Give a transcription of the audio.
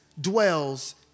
dwells